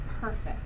perfect